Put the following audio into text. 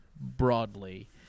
broadly